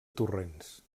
torrents